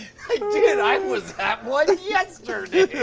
i was at one yesterday.